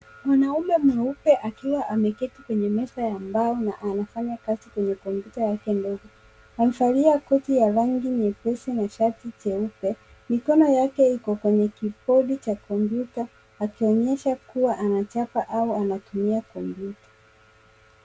Mwanaume mweupe akiwa ameketi kwenye meza ya mbao na anafanya kazi kwenye kompyuta yake ndogo. Amevalia koti ya rangi nyepesi na shati jeupe. Mikono yake iko kwenye kikodi cha kuandika akionyesha kuwa anachapa au anatumia kompyuta.